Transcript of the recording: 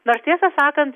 nors tiesą sakant